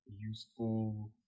useful